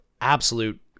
absolute